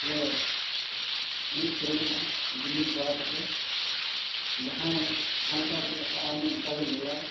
ᱞᱮ ᱮᱱᱮᱡ ᱥᱮᱨᱮᱧᱮᱜᱼᱟ ᱡᱩᱢᱤᱫ ᱵᱟᱲᱟ ᱠᱟᱛᱮᱫ ᱡᱟᱦᱟᱸᱭ ᱡᱟᱦᱟᱸ ᱞᱮᱠᱟᱭ ᱪᱮᱫ ᱟᱠᱟᱜᱼᱟ ᱩᱱᱤ ᱚᱱᱠᱟ ᱜᱮ ᱞᱟᱹᱭᱟᱭ